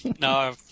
No